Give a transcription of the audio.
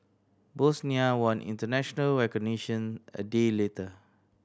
Bosnia won international recognition a day later